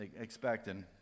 expecting